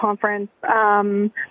conference